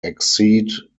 exceed